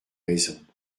raison